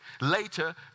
Later